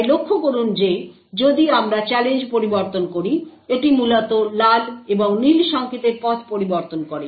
তাই লক্ষ্য করুন যে যদি আমরা চ্যালেঞ্জ পরিবর্তন করি এটি মূলত লাল এবং নীল সংকেতের পথ পরিবর্তন করে